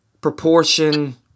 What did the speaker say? proportion